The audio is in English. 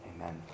Amen